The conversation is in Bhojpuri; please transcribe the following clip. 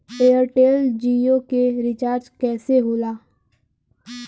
एयरटेल जीओ के रिचार्ज कैसे होला?